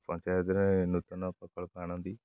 ପଞ୍ଚାୟତରେ ନୂତନ ପ୍ରକଳ୍ପ ଆଣନ୍ତି